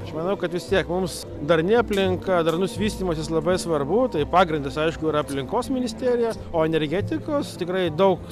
aš manau kad vis tiek mums darni aplinka darnus vystymasis labai svarbu tai pagrindas aišku yra aplinkos ministerija o energetikos tikrai daug